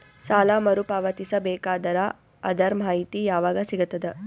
ಸಾಲ ಮರು ಪಾವತಿಸಬೇಕಾದರ ಅದರ್ ಮಾಹಿತಿ ಯವಾಗ ಸಿಗತದ?